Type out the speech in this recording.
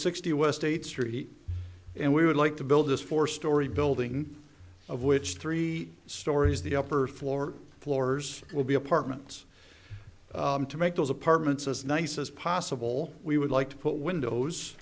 sixty west eighth street and we would like to build this four story building of which three stories the upper floor floors will be apartments to make those apartments as nice as possible we would like to put windows